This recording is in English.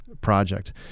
project